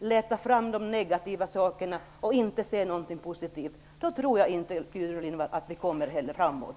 leta fram de negativa sakerna och inte se någonting positivt - då tror jag inte, Gudrun Lindvall, att vi kommer framåt.